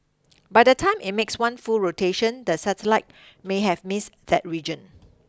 by the time it makes one full rotation the satellite may have miss that region